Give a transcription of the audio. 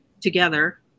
together